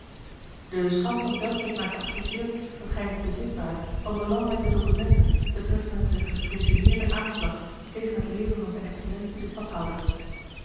de schout van delft heeft mij geadverteerd dat gij in het bezit waart van belangrijke documenten betreffende den gepresumeerden aanslag tegen het leven van zijne excellentie den